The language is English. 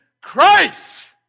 Christ